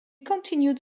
continued